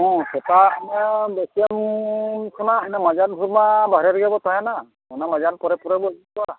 ᱦᱮᱸ ᱥᱮᱛᱟᱜ ᱫᱚ ᱵᱟᱹᱥᱭᱟᱹᱢ ᱠᱷᱚᱱᱟᱜ ᱤᱱᱟᱹ ᱢᱟᱸᱡᱟᱱ ᱵᱷᱳᱨ ᱢᱟ ᱵᱟᱦᱨᱮ ᱨᱮᱜᱮ ᱠᱚ ᱛᱟᱦᱮᱱᱟ ᱚᱱᱟ ᱢᱟᱸᱡᱟᱱ ᱯᱚᱨᱮ ᱯᱩᱨᱟᱹᱵᱚᱱ ᱤᱫᱤ ᱠᱚᱣᱟ